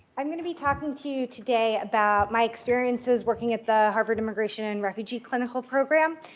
i'm going to be talking to you today about my experiences working at the harvard immigration and refugee clinical program,